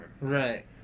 Right